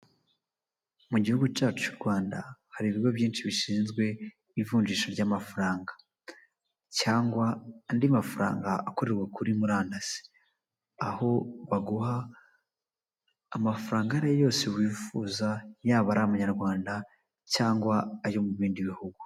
Mu gihugu cyacu cy'u Rwanda hari ibigo byinshi bishinzwe ivunjisha ry'amafaranga cyangwa andi mafaranga akorerwa kuri murandasi, aho baguha amafaranga ayo ariyo yose wifuza yaba ari abanyarwanda cyangwa ayo mu bindi bihugu.